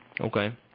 Okay